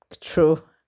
true